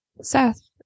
Seth